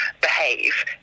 behave